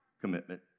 commitment